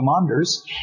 commanders